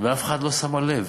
ואף אחד לא שם לב.